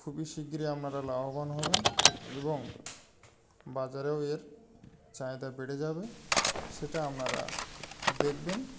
খুবই শীঘ্রই আপনারা লাভবান হবেন এবং বাজারেও এর চাহিদা বেড়ে যাবে সেটা আপনারা দেখবেন